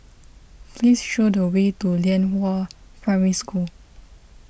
please show the way to Lianhua Primary School